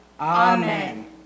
Amen